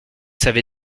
savez